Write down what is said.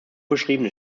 beschriebene